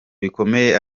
bikomeye